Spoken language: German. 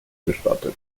gestattet